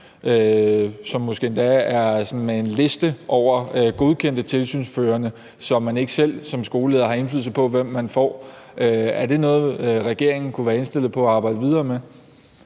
som måske endda er med en liste over godkendte tilsynsførende, så man ikke selv som skoleleder har indflydelse på, hvem man får. Er det noget, regeringen kunne være indstillet på at arbejde videre med?